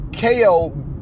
KO